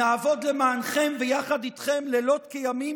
נעבוד למענכם ויחד איתכם לילות כימים